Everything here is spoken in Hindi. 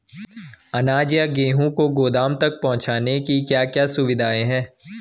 अनाज या गेहूँ को गोदाम तक पहुंचाने की क्या क्या सुविधा है?